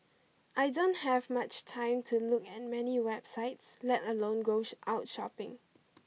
I don't have much time to look at many websites let alone go out shopping